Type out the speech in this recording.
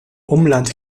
umland